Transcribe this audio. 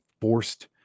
forced